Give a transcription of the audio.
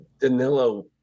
Danilo